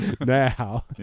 Now